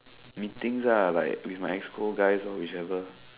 meetings ah like with my school guys orh whichever